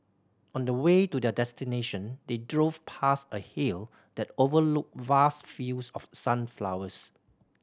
on the way to their destination they drove past a hill that overlooked vast fields of sunflowers